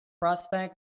prospect